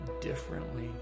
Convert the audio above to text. differently